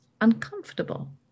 uncomfortable